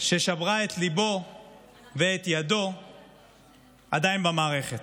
ששברה את ליבו ואת ידו עדיין במערכת.